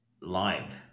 live